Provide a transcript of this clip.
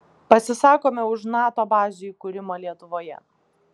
pasisakome už nato bazių įkūrimą lietuvoje